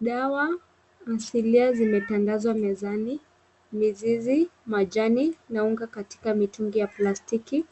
Dawa asilia zimetandazwa mezani, mizizi, majani na unga katika mitungi ya plastiki